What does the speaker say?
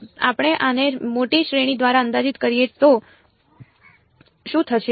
જો આપણે આને મોટી શ્રેણી દ્વારા અંદાજિત કરીએ તો શું થશે